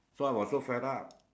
so I was so fed up